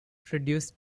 produce